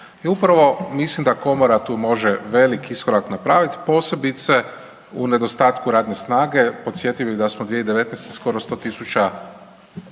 i upravo mislim da komora tu može veliki iskorak napravit posebice u nedostatku radne snage. Podsjetio bi da smo 2019. skoro 100.000